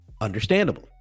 understandable